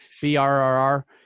B-R-R-R